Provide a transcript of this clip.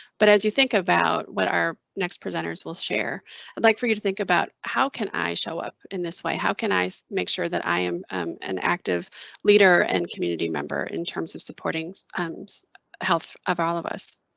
but as you think about what our next presenters will share, i'd like for you to think about, how can i show up in this way? how can i make sure that i am an active leader and community member in terms of supporting and health of all of us?